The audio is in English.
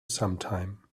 sometime